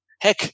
heck